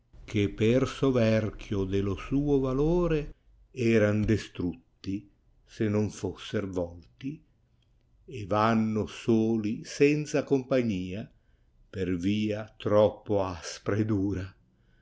che per soverchio dello suo valore eran destrotti se non fosser touì e vanao soli senza compagnia per via troppo aspra e darat